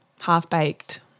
half-baked